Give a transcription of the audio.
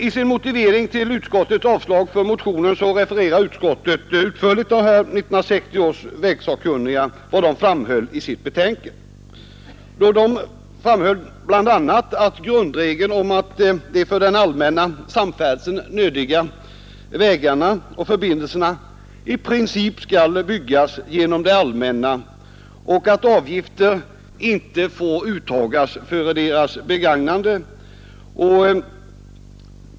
I sin motivering till utskottets avstyrkande av motionen refererar utskottet utförligt vad 1960 års vägsakkunniga framhöll i sitt betänkande bl.a. att de för den allmänna samfärdseln nödvändiga vägarna och förbindelserna i princip skall byggas genom det allmänna och att avgifter inte får uttagas för deras begagnande.